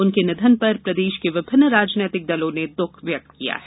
उनके निधन पर प्रदेश के विभिन्न राजनीतिक दलों ने दुःख व्यक्त किया है